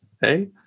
hey